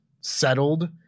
settled